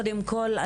קודם כל,